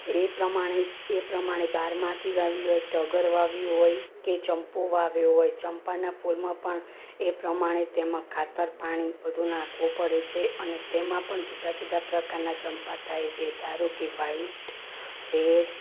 એ પ્રમાણે એ પ્રમાણે બારમાસી વાવી હોય ટગર વાવી હોય કે ચંપો વાવ્યો હોય ચંપાના ફૂલમાં પણ એ પ્રમાણે તેમાં ખાતર પાણી બધું નાખવું પડે છે અને તેમાં પણ જુદા જુદા પ્રકારના ચંપા થાય છે ધારો કે વાઇટ રેડ